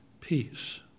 peace